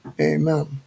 Amen